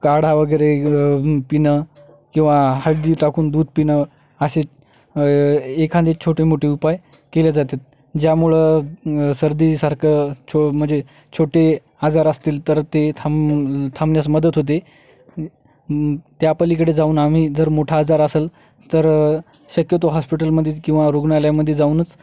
काढा वगैरे पिणं किंवा हळदी टाकून दूध पिणं असे एखादं छोटेमोठे उपाय केले जाते ज्यामुळं सर्दीसारखं छो म्हणजे छोटे आजार असतील तर ते थांब थांबनस मदत होते त्यापलीकडे जाऊन आम्ही जर मोठा आजार असेल तर शक्यतो हॉस्पिटलमधेच किंवा रुग्णालयामागे जाऊनच